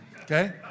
okay